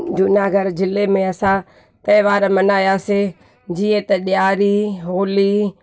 जूनागढ़ ज़िले में असां तहिवार मनायासीं जीअं त ॾियारी होली